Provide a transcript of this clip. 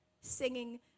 singing